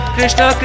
Krishna